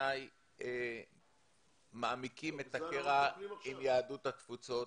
שבעיני מעמיקים את הקרע עם יהדות התפוצות.